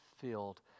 filled